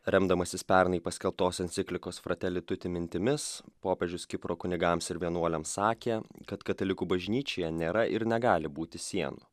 remdamasis pernai paskelbtos enciklikos frateli tuti mintimis popiežius kipro kunigams ir vienuoliams sakė kad katalikų bažnyčioje nėra ir negali būti sienų